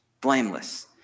blameless